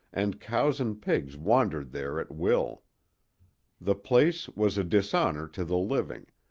and cows and pigs wandered there at will the place was a dishonor to the living,